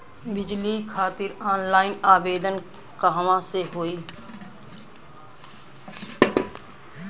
बिजली खातिर ऑनलाइन आवेदन कहवा से होयी?